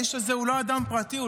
האיש הזה הוא לא אדם פרטי,